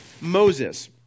Moses